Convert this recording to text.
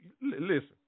listen